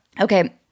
Okay